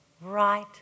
right